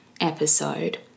episode